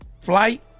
flight